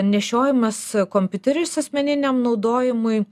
nešiojamas kompiuteris asmeniniam naudojimui